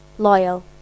Loyal